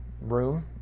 room